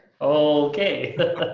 okay